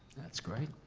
that's great,